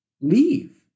leave